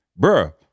bruh